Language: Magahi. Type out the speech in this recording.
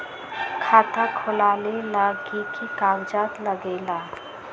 खाता खोलेला कि कि कागज़ात लगेला?